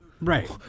Right